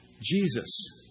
Jesus